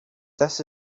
this